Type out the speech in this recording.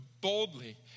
boldly